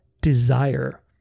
desire